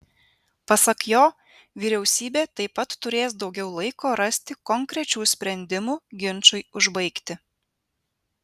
pasak jo vyriausybė taip pat turės daugiau laiko rasti konkrečių sprendimų ginčui užbaigti